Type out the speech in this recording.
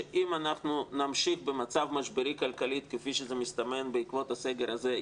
שאם נמשיך במצב משברי כלכלי כפי שזה מסתמן בעקבות הסגר הזה,